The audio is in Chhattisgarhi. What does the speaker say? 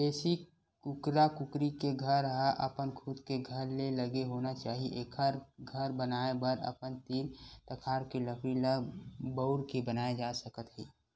देसी कुकरा कुकरी के घर ह अपन खुद के घर ले लगे होना चाही एखर घर बनाए बर अपने तीर तखार के लकड़ी ल बउर के बनाए जा सकत हे